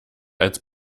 als